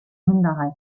minderheit